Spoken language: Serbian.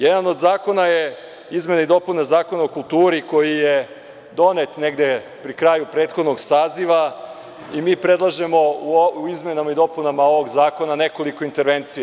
Jedan od zakona su izmene i dopune Zakona o kulturi, koji je donet negde pri kraju prethodnog saziva, i mi predlažemo u izmenama i dopunama ovog Zakona nekoliko intervencija.